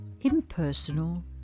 Impersonal